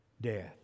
death